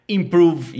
improve